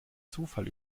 zufall